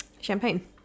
champagne